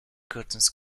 curtains